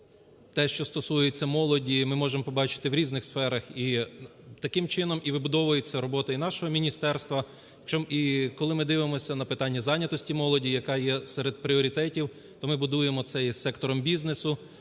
те, що стосується молоді, ми можемо побачити в різних сферах. І таким чином і вибудовується робота і нашого міністерства, і, коли ми дивимося на питання зайнятості молоді, яка є серед пріоритетів, то ми будуємо це із сектором бізнесу,